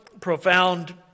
profound